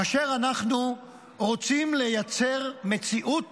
כאשר אנחנו רוצים לייצר מציאות